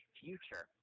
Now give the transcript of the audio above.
future